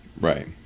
right